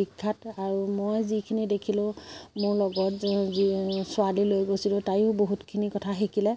বিখ্যাত আৰু মই যিখিনি দেখিলোঁ মোৰ লগত ছোৱালী লৈ গৈছিলোঁ তাইও বহুতখিনি কথা শিকিলে